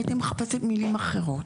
הייתי מחפשת מילים אחרות.